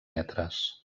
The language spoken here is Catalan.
metres